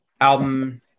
album